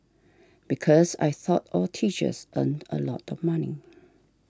because I thought all teachers earned a lot of money